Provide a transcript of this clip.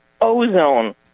ozone